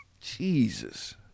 Jesus